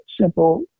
simple